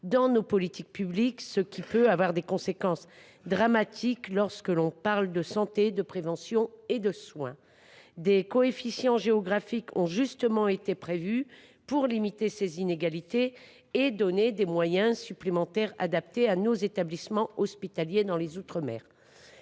de nos politiques publiques, ce qui peut avoir des conséquences dramatiques lorsque nos discussions portent sur la santé, la prévention et les soins. Des coefficients géographiques ont justement été prévus pour limiter ces inégalités et accorder des moyens adaptés à nos établissements hospitaliers dans les outre mer.